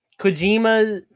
Kojima